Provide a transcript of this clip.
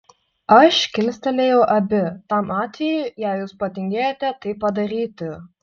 aš kilstelėjau abi tam atvejui jei jūs patingėjote tai padaryti